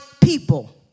people